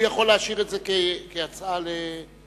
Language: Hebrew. הוא יכול להשאיר את זה כהצעת חוק,